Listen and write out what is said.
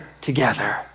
together